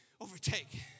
overtake